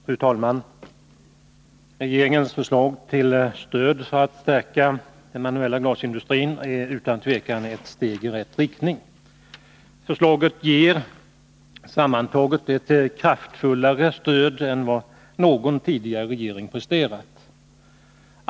Fru talman! Regeringens förslag till stöd för att stärka den manuella glasindustrin är ett steg i rätt riktning. Förslaget ger sammantaget ett kraftfullare stöd än vad någon tidigare regering presterat.